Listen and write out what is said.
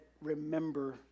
remember